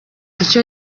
icyo